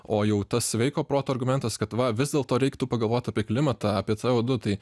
o jau tas sveiko proto argumentas kad va vis dėlto reiktų pagalvot apie klimatą apie co du tai